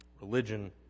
Religion